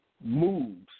moves